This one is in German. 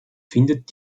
findet